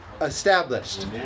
established